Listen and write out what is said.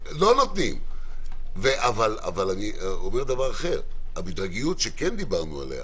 אני אומר דבר אחר, המדרגיות שכן דיברנו עליה.